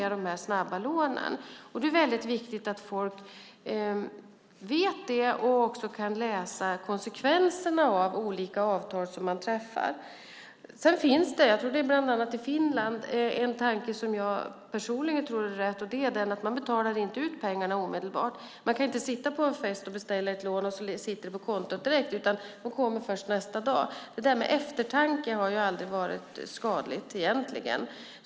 Det är väldigt viktigt att folk vet det och kan läsa konsekvenserna av olika avtal som man träffar. Sedan finns det, bland annat i Finland tror jag, en tanke som jag personligen tror är rätt, nämligen att man inte betalar ut pengarna omedelbart. Man kan inte sitta på en fest och beställa ett lån, och så sitter pengarna på kontot direkt, utan de kommer först nästa dag. Det har egentligen aldrig varit skadligt med eftertanke.